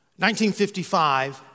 1955